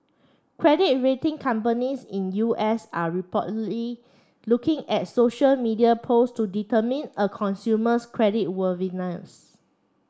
credit rating companies in U S are reportedly looking at social media posts to determine a consumer's credit worthiness